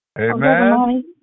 Amen